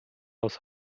aus